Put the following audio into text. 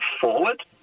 forward